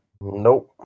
Nope